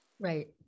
Right